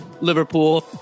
Liverpool